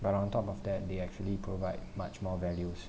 but on top of that they actually provide much more values